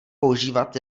používat